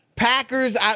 Packers